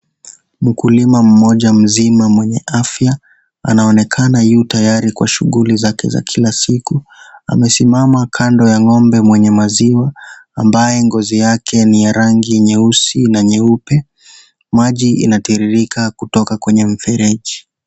Mkulima mmoja mzima mwenye afya anaonekana yu tayari kwenye shughuli zake za kila siku, amesimama kando ya ng'ombe mwenye maziwa ambaye ngozi yake ni ya rangi nyeusi na nyeupe, maji inatiririka kutoka kwenye mfereji.